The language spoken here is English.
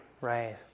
Right